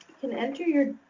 can enter your